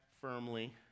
firmly